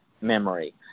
memory